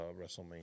WrestleMania